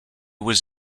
was